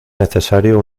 necesario